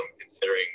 considering